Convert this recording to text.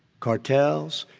cartels.